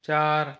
चार